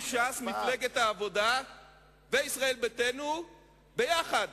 ישבו ש"ס, מפלגת העבודה וישראל ביתנו יחד